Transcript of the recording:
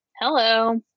Hello